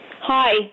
Hi